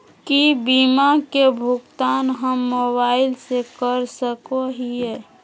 की बीमा के भुगतान हम मोबाइल से कर सको हियै?